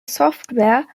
software